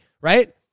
right